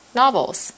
novels